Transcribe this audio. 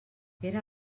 era